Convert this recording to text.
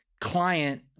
client